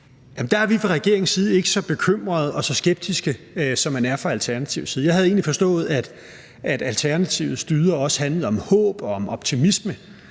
der er vi fra regeringens side ikke så bekymrede og så skeptiske, som man er fra Alternativets side. Jeg havde egentlig forstået, at Alternativets dyder også handlede om håb og om optimisme.